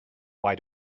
why